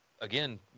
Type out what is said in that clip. again